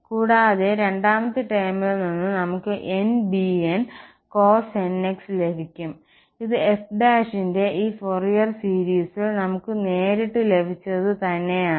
കൂടാതെ രണ്ടാമത്തെ ടേമിൽ നിന്ന് നമുക്ക് nbncosnx ലഭിക്കും ഇത് f' ന്റെ ഈ ഫോറിയർ സീരീസ്ൽ നമുക്ക് നേരിട്ട് ലഭിച്ചതുതന്നെയാണ്